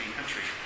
country